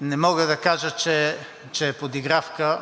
Не мога да кажа, че е подигравка.